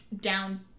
down